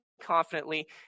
confidently